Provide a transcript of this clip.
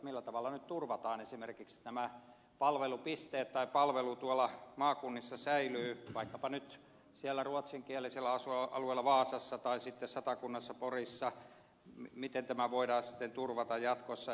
millä tavalla nyt turvataan esimerkiksi näiden palvelupisteiden tai palvelujen säilyminen tuolla maakunnissa vaikkapa nyt siellä ruotsinkielisellä alueella vaasassa tai sitten satakunnassa porissa miten tämä voidaan sitten turvata jatkossa